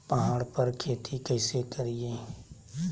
पहाड़ पर खेती कैसे करीये?